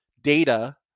Data